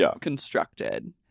constructed